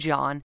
John